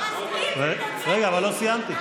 אבל לא סיימתי.